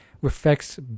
reflects